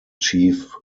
chief